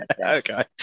Okay